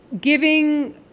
giving